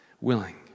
willing